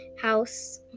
house